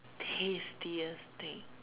tastiest thing